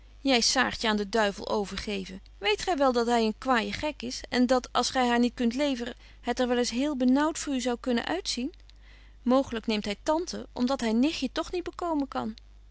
jy saartje aan den duivel overgeven weet gy wel dat hy een kwaaie gek is en dat als gy haar niet kunt leveren het er wel eens heel benaauwt voor u zou kunnen uitzien mooglyk neemt hy tante om dat hy nichtje toch niet bekomen kan